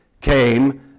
came